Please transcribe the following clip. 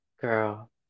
Girl